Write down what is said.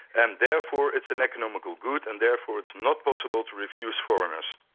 and therefore it's an economical good, and therefore it's not possible to refuse foreigners.